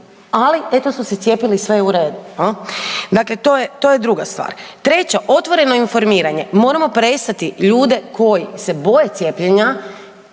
ali eto su se cijepili i sve je u redu. Dakle, to je druga stvar. Treća, otvoreno informiranje. Moramo prestati ljude koji se boje cijepljenja,